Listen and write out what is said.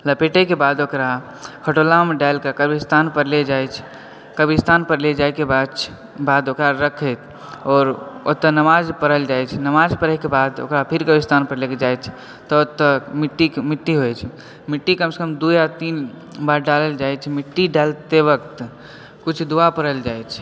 लपेटे के बाद ओकरा खटोला मे डालिके कब्रिस्तान मे लय जाइ छै कब्रिस्तान पर लय जाय के बाद ओकरा रक्खे आओर ओतए नमाज पढ़ल जाइ छै नमाज पढैय के बाद ओकरा फिर कब्रिस्तान पर लऽ कऽ जाइ छै तऽ तऽ मिट्टी मिट्टी होइ छै मिट्टी कम सऽ कम दू यऽ तीन बार डालल जाइ छै मिट्टी डलते वक्त किछु दुआ पढ़ल जाइ छै